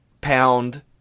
pound